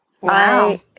Wow